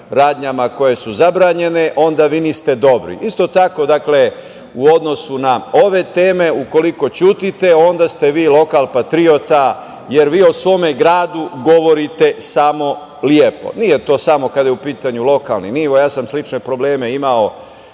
radnjama koje su zabranjene, onda vi niste dobri. Isto tako u odnosu na ove teme, dakle, ukoliko ćutite onda ste vi lokal patriota, jer vi o svom gradu govorite samo lepo. Nije to samo kada je u pitanju lokalni nivo, ja sam slične probleme imao